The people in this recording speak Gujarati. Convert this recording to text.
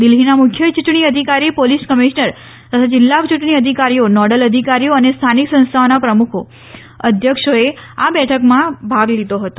દિલ્હીના મુખ્ય ચુંટણી અધિકારી પોલીસ કમિશ્નર તથા જીલ્લા યુંટણી અધિકારીઓ નોડલ અધિકારીઓ અને સ્થાનિક સંસ્થાઓના પ્રમુખો અધ્યક્ષોએ આ બેઠકમાં ભાગ લીધો હતો